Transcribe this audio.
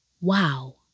wow